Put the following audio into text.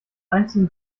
einzigen